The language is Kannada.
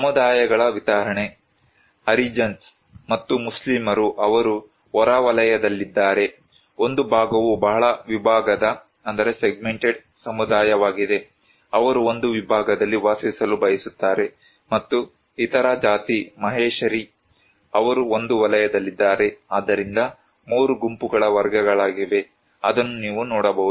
ಸಮುದಾಯಗಳ ವಿತರಣೆ ಹರಿಜನ್ಸ್ ಮತ್ತು ಮುಸ್ಲಿಮರು ಅವರು ಹೊರವಲಯದಲ್ಲಿದ್ದಾರೆ ಒಂದು ಭಾಗವು ಬಹಳ ವಿಭಾಗದ ಸಮುದಾಯವಾಗಿದೆ ಅವರು ಒಂದು ವಿಭಾಗದಲ್ಲಿ ವಾಸಿಸಲು ಬಯಸುತ್ತಾರೆ ಮತ್ತು ಇತರ ಜಾತಿ ಮಹೇಶರಿ ಅವರು ಒಂದು ವಲಯದಲ್ಲಿದ್ದಾರೆ ಆದ್ದರಿಂದ 3 ಗುಂಪುಗಳ ವರ್ಗಗಳಿವೆ ಅದನ್ನು ನೀವು ನೋಡಬಹುದು